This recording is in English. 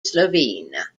slovene